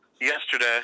yesterday